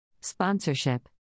Sponsorship